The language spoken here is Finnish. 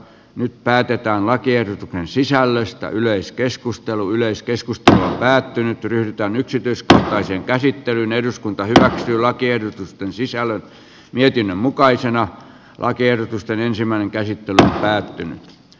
nyt päätetään lakiehdotuksen sisällöstä yleiskeskustelu yleiskeskustelu päättyi tylyltä yksityiskohtaisen käsittelyn eduskunta on tehty lakiehdotusten sisällöt mietinnön mukaisena lakiehdotusten sisällöstä